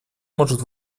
может